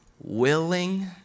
willing